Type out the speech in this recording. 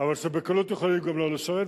אבל שבקלות יכולים גם לא לשרת,